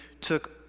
took